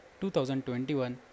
2021